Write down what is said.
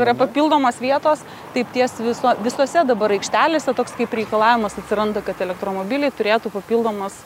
yra papildomos vietos taip ties viso visose dabar aikštelėse toks kaip reikalavimas atsiranda kad elektromobiliai turėtų papildomas